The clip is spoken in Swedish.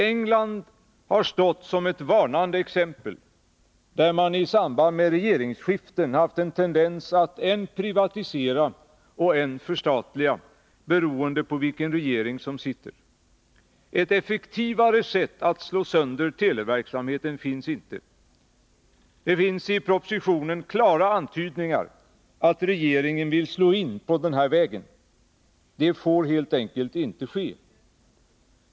England har stått som ett varnande exempel genom att man där i samband med regeringsskiften haft en tendens att än privatisera, än förstatliga, beroende på vilken regering som sitter. Ett effektivare sätt att slå sönder televerksamheten finns inte. Det finns i propositionen klara antydningar att regeringen vill slå in på denna väg. Det får helt enkelt inte ske.